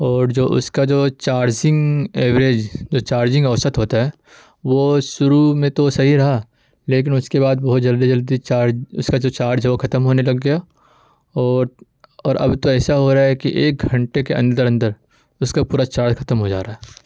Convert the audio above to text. اور جو اس کا جو چارزنگ ایوریج جو چارجنگ اوسط ہوتا ہے وہ شروع میں تو صحیح رہا لیکن اس کے بعد بہت جلدی جلدی چارج اس کا جو چارج وہ ختم ہونے لگ گیا اور اور اب تو ایسا ہو رہا ہے کہ ایک گھنٹے کے اندر اندر اس کا پورا چارج ختم ہو جا رہا ہے